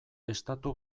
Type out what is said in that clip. estatu